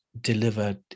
delivered